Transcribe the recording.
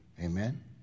Amen